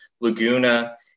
Laguna